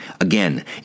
Again